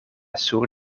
sur